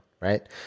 right